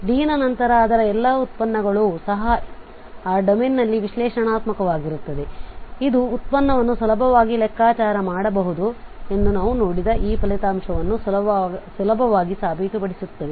D ನಂತರ ಅದರ ಎಲ್ಲಾ ಉತ್ಪನ್ನಗಳೂ ಸಹ ಆ ಡೊಮೇನ್ನಲ್ಲಿ ವಿಶ್ಲೇಷಣಾತ್ಮಕವಾಗಿರುತ್ತವೆ ಇದು ಉತ್ಪನ್ನವನ್ನು ಸುಲಭವಾಗಿ ಲೆಕ್ಕಾಚಾರ ಮಾಡಬಹುದು ಎಂದು ನಾವು ನೋಡಿದ ಈ ಫಲಿತಾಂಶವನ್ನು ಸುಲಭವಾಗಿ ಸಾಬೀತುಪಡಿಸುತ್ತದೆ